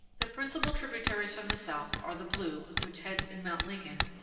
the principal tributaries from the south are the blue, which heads in mt. lincoln,